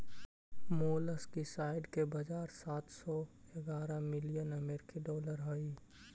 molluscicide के बाजार सात सौ ग्यारह मिलियन अमेरिकी डॉलर हई